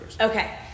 Okay